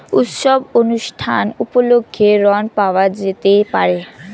উৎসব অনুষ্ঠান উপলক্ষে ঋণ পাওয়া যেতে পারে?